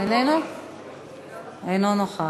אינו נוכח.